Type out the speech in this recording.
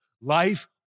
life